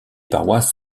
paroisses